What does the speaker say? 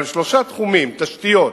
אבל שלושה תחומים: תשתיות,